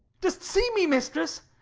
dost see me, mistress,